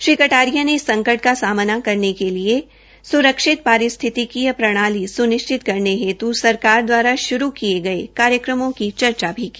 श्री कटारिया ने इस संकट का सामना करने के लिए सुरक्षित पारिस्थितिकीय प्रणाली सुनिश्चित करने हेत् सरकार दवारा शुरू किए गए कार्यक्रमों की भी चर्चा की